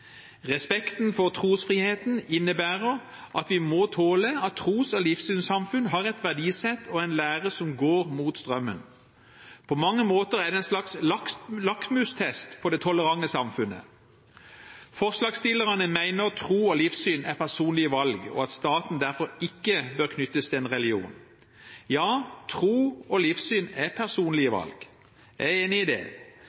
Respekten for trosfriheten innebærer at vi må tåle at tros- og livssynssamfunn har et verdisett og en lære som går mot strømmen. På mange måter er det en slags lakmustest på det tolerante samfunnet. Forslagsstillerne mener tro og livssyn er personlige valg, og at staten derfor ikke bør knyttes til en religion. Ja, tro og livssyn er personlige valg – jeg er